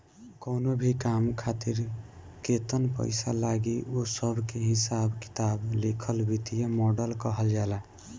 कवनो भी काम खातिर केतन पईसा लागी उ सब के हिसाब किताब लिखल वित्तीय मॉडल कहल जाला